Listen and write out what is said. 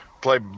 Play